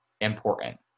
important